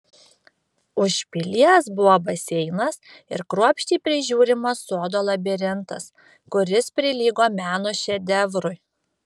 už pilies buvo baseinas ir kruopščiai prižiūrimas sodo labirintas kuris prilygo meno šedevrui